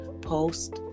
post